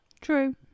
True